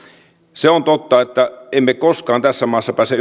se on totta että emme koskaan tässä maassa pääse